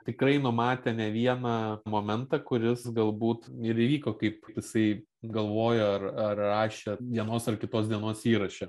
tikrai numatė ne vieną momentą kuris galbūt ir įvyko kaip jisai galvojo ar ar rašė vienos ar kitos dienos įraše